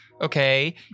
okay